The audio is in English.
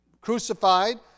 crucified